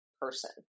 person